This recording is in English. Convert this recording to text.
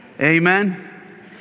Amen